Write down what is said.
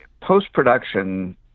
post-production